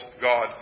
god